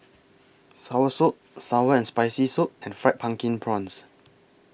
Soursop Sour and Spicy Soup and Fried Pumpkin Prawns